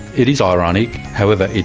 it is ironic however,